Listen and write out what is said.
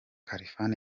khalfan